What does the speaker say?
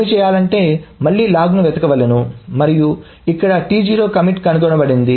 ఏమి చేయాలి అంటే మళ్లీ లాగ్ ను వెతకవలెను మరియు ఇక్కడకమిట్ T0 కనుగొనబడింది